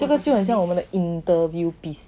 这个就好像我们的 interview 这样